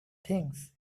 things